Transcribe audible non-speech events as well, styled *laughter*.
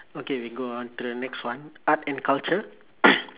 okay we go on to the next one art and culture *coughs*